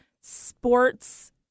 sports